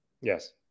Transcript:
Yes